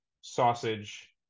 sausage